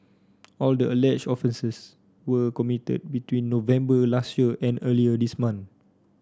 all the alleged offences were committed between November last year and earlier this month